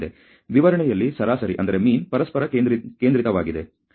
ವಿವರಣೆಯಲ್ಲಿ ಸರಾಸರಿ ಪರಸ್ಪರ ಕೇಂದ್ರಿತವಾಗಿದೆ